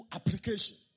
application